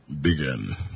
begin